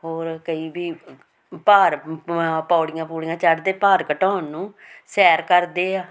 ਹੋਰ ਕਈ ਵੀ ਭਾਰ ਪੌੜੀਆਂ ਪੁੜੀਆਂ ਚੜ੍ਹਦੇ ਭਾਰ ਘਟਾਉਣ ਨੂੰ ਸੈਰ ਕਰਦੇ ਆ